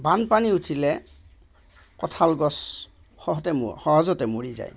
বানপানী উঠিলে কঁঠাল গছ সহতে সহজতে মৰি যায়